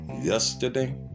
yesterday